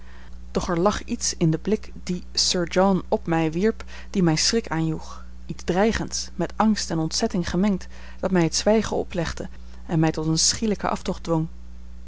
er lag iets in den blik dien sir john op mij wierp die mij schrik aanjoeg iets dreigends met angst en ontzetting gemengd dat mij het zwijgen oplegde en mij tot een schielijken